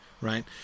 right